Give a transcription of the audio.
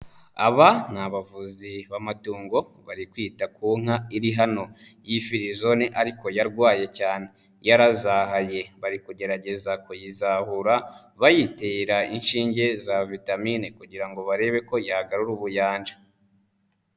Aba ni bavuzi b'amatungo bari kwita ku nka iri hano y'ifirizone ariko yarwaye cyane, yarazahaye bari kugerageza kuyizahura, bayitera inshinge za vitamine kugira barebe ko yagarura ubuyanja.